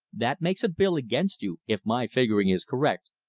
that makes a bill against you, if my figuring is correct,